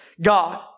God